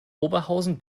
oberhausen